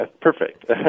Perfect